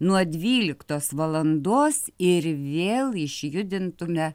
nuo dvyliktos valandos ir vėl išjudintume